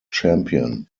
champion